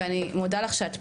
ואני מודה לך שאת פה,